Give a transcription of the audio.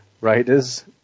writers